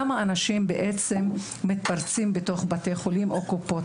למה אנשים מתפרצים בבתי החולים או בקופות